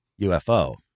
UFO